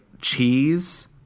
cheese